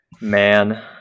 man